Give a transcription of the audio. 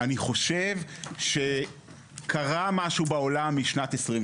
אני חושב שקרה משהו בעולם משנת 22